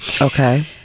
okay